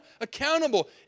accountable